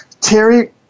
Terry